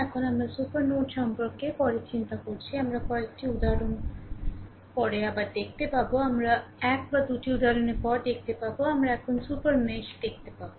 এখন আমরা super node সম্পর্কে পরে চিন্তা করছি আমরা কয়েকটি উদাহরণের পরে আবার দেখতে পাব আমরা এক বা দুটি উদাহরণের পরে দেখতে পাব আমরা এখন সুপার মেশ দেখতে পাব